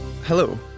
Hello